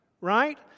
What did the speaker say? right